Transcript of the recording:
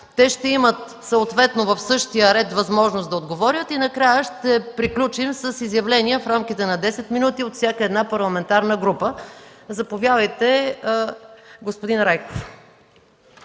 Те ще имат съответно в същия ред възможност да отговорят. Накрая ще приключим с изявление в рамките на 10 минути от всяка една парламентарна група. Заповядайте, господин Райков.